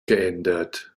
geändert